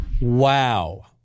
Wow